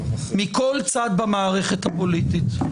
מכל צד במערכת הפוליטית.